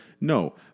No